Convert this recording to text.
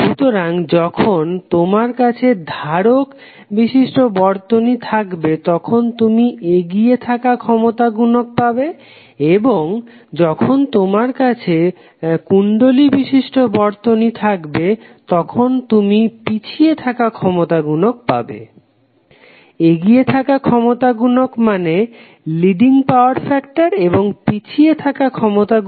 সুতরাং যখন তোমার কাছে ধারক বিশিষ্ট বর্তনী থাকবে তখন তুমি এগিয়ে থাকা ক্ষমতা গুনক পাবে আর যখন তোমার কাছে কুণ্ডলী বিশিষ্ট বর্তনী থাকবে তখন তুমি পিছিয়ে থাকা ক্ষমতা গুনক পাবে